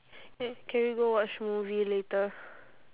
can we go watch movie later